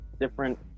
different